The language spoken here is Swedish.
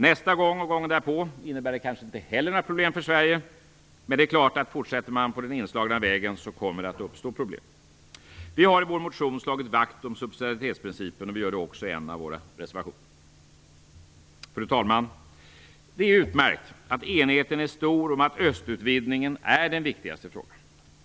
Nästa gång och gången därpå innebär det kanske heller inga problem för Sverige. Men det är klart att om man fortsätter på den inslagna vägen så kommer det att uppstå problem. Vi har i vår motion slagit vakt om subsidiaritetsprincipen. Vi gör det också i en av våra reservationer. Fru talman! Det är utmärkt att enigheten är stor om att östutvidgningen är den viktigaste frågan.